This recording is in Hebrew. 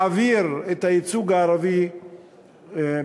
להעביר את הייצוג הערבי מהכנסת,